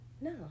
No